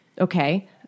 Okay